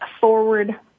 forward